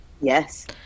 Yes